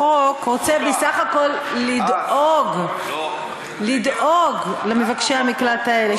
החוק רוצה בסך הכול לדאוג למבקשי המקלט האלה,